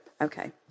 okay